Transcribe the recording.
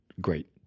great